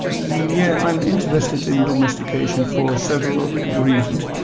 yeah i'm interested in domestication for several reasons.